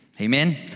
Amen